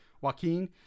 Joaquin